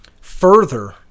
further